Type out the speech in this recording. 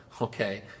Okay